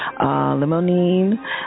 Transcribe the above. limonene